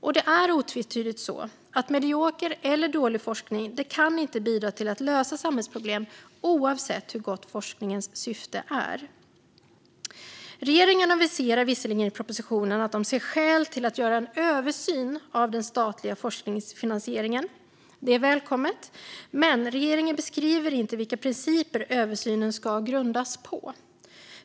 Och det är otvetydigt så att medioker eller dålig forskning inte kan bidra till att lösa samhällsproblem, oavsett hur gott forskningens syfte är. Regeringen aviserar visserligen i propositionen att man ser skäl att göra en översyn av den statliga forskningsfinansieringen. Det är välkommet, men regeringen beskriver inte vilka principer översynen ska grundas på.